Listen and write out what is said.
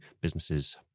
businesses